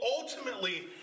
ultimately